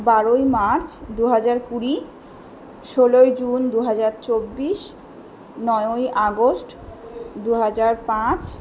বারোই মার্চ দু হাজার কুড়ি ষোলোই জুন দু হাজার চব্বিশ নয়ই আগস্ট দু হাজার পাঁচ